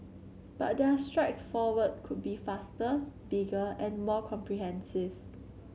but their strides forward could be faster bigger and more comprehensive